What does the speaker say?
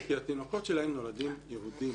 כי התינוקות שלהם נולדים יהודים.